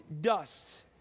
dust